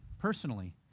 personally